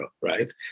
right